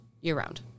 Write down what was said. year-round